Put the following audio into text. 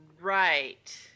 Right